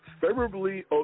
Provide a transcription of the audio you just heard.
favorably